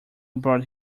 brought